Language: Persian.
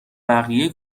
بقیه